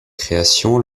création